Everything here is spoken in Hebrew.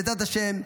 בעזרת השם,